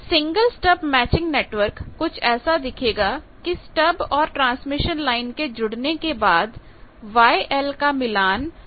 single stub matching network कुछ ऐसा दिखेगा किस्टब और ट्रांसमिशन लाइन के जुड़ने के बाद YL का मिलान Y0 से होगा